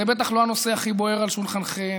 זה בטח לא הנושא הכי בוער על שולחנכם,